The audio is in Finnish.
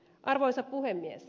arvoisa puhemies